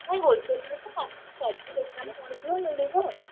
ନାଇ ହୋଲ୍ସେଲ୍ର ତ ସବୁ ସବୁ ଦୋକାନ ପଡ଼ି ଥିବ ମିଳିବ